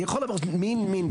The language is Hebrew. אני יכול לעבור מין מין.